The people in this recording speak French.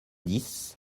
dix